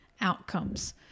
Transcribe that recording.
outcomes